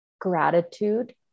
gratitude